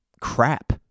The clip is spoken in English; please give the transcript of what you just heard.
crap